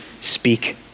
speak